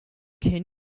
can